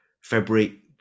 February